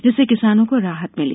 जिससे किसानों को राहत मिली